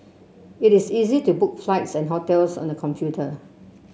it is easy to book flights and hotels on the computer